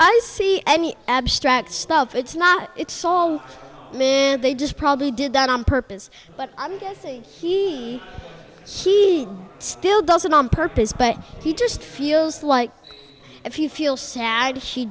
i see any abstract stuff it's not it's all men they just probably did that on purpose but i'm guessing he she still does it on purpose but he just feels like if you feel sad